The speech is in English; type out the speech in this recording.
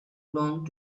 long